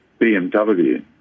BMW